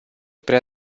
prea